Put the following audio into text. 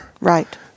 Right